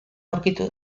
aurkitu